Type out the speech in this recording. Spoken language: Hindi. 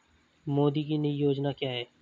मोदी की नई योजना क्या है?